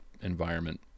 environment